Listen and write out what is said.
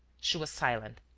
she was silent.